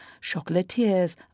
chocolatiers